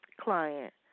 client